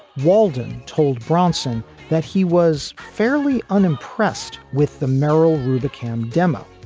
walden told bronson that he was fairly unimpressed with the merryl route occam demo,